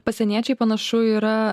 pasieniečiai panašu yra